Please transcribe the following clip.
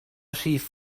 rhif